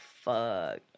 fuck